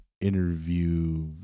interview